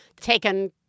taken